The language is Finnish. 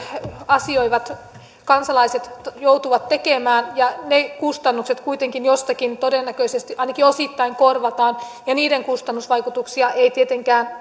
asioivat kansalaiset joutuvat tekemään ja ne kustannukset kuitenkin jostakin todennäköisesti ainakin osittain korvataan ja niiden kustannusvaikutuksia ei tietenkään